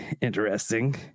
Interesting